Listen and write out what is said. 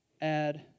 add